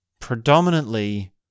predominantly